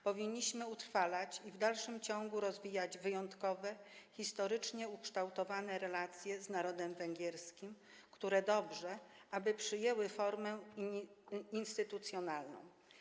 Powinniśmy utrwalać i w dalszym ciągu rozwijać wyjątkowe, historycznie ukształtowane relacje z narodem węgierskim, dobrze, aby przyjęły one formę instytucjonalną.